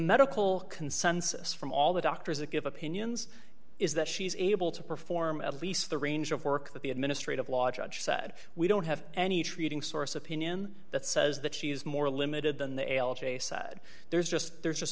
medical consensus from all the doctors that give opinions is that she's able to perform at least the range of work that the administrative law judge said we don't have any treating source opinion that says that she is more limited than the l g a said there's just there's just